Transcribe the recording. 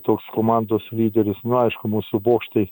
toks komandos lyderis nu aišku mūsų bokštai